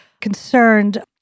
concerned